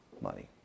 money